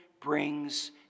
brings